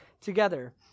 together